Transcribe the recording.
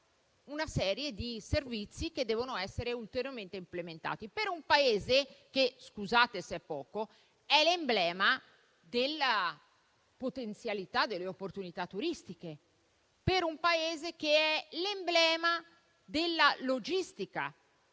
una serie di servizi che devono essere ulteriormente implementati per un Paese che - scusate se è poco - è l'emblema della potenzialità delle opportunità turistiche, l'emblema della logistica